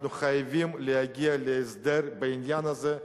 אנחנו חייבים להגיע להסדר בעניין הזה,